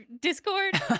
discord